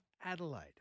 Adelaide